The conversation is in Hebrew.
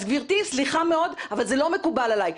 אז גבירתי סליחה מאוד, אבל זה לא מקובל עלי.